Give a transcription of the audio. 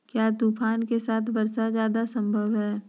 क्या तूफ़ान के साथ वर्षा जायदा संभव है?